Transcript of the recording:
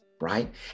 Right